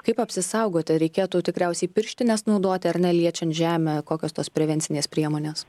kaip apsisaugoti ar reikėtų tikriausiai pirštines naudoti ar ne liečiant žemę kokios tos prevencinės priemonės